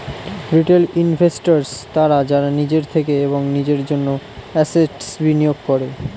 retail investors তারা যারা নিজের থেকে এবং নিজের জন্য অ্যাসেট্স্ বিনিয়োগ করে